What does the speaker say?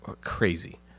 crazy